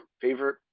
favorite